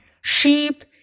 sheep